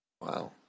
Wow